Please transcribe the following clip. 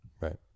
Right